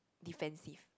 defensive